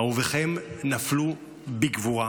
אהוביכם נפלו בגבורה,